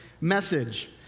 message